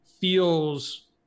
feels